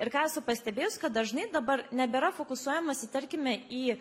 ir ką esu pastebėjus kad dažnai dabar nebėra fokusuojamasi tarkime į